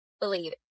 believe